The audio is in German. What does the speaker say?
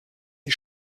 die